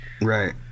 Right